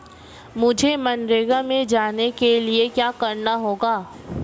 मुझे मनरेगा में जाने के लिए क्या करना होगा?